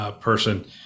person